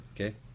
Okay